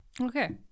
okay